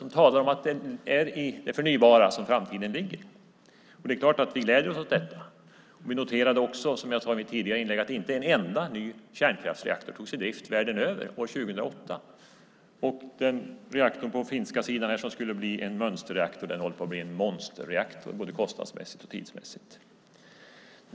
Han talar om att det är i det förnybara som framtiden ligger. Det är klart att vi gläder oss åt detta. Vi noterade också, som jag sade i mitt tidigare inlägg, att inte en enda ny kärnkraftsreaktor togs i drift världen över år 2008. Den reaktor på den finska sidan som skulle bli en mönsterreaktor håller på att bli en monsterreaktor, både kostnadsmässigt och tidsmässigt.